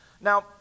Now